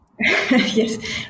Yes